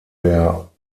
der